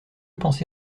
pensé